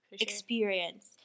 experience